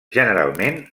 generalment